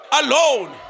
alone